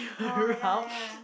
oh ya ya